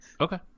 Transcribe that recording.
Okay